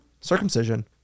circumcision